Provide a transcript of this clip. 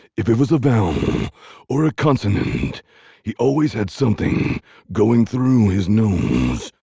if it was a vowel or a consonant he always had something going through his nose.